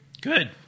Good